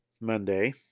Monday